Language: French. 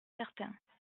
certains